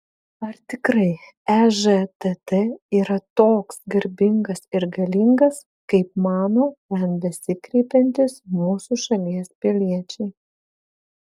ar tikrai ežtt yra toks garbingas ir galingas kaip mano ten besikreipiantys mūsų šalies piliečiai